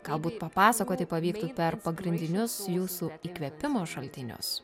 galbūt papasakoti pavyktų per pagrindinius jūsų įkvėpimo šaltinius